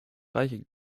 reiche